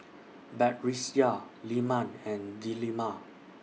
Batrisya Leman and Delima